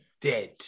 dead